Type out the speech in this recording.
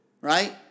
right